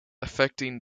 affecting